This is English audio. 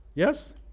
Yes